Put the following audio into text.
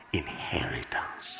inheritance